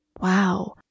Wow